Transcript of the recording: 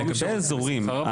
לגבי אזורים.